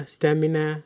Stamina